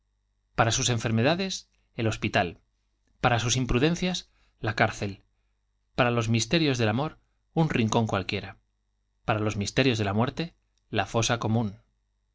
para sus enfermedades el hospital para sus imprudencias la cárcel para los misterios del amor un rincón cualquiera para los misterios de la muerte la fosa común